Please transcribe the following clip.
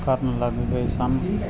ਕਰਨ ਲੱਗ ਗਏ ਸਨ